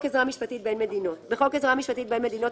עזרה משפטית בין מדינות 25. בחוק עזרה משפטית בין מדינות,